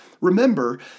Remember